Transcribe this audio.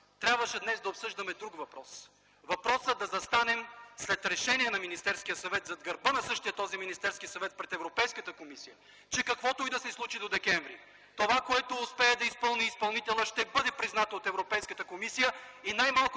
трябваше да обсъждаме друго – въпроса да застанем след решение на Министерския съвет, зад гърба на същия този Министерски съвет пред Европейската комисия: че каквато и да се случи до декември, това, което успее да изпълни изпълнителят, ще бъде признато от Европейската комисия и, най-малко,